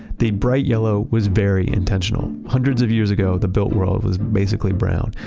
the bright yellow was very intentional. hundreds of years ago, the built world was basically brown.